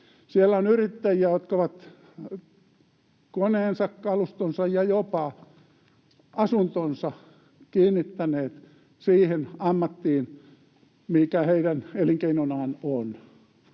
Siellä on yrittäjiä, jotka ovat koneensa, kalustonsa ja jopa asuntonsa kiinnittäneet siihen ammattiin, mikä heidän elinkeinonaan on.